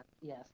Yes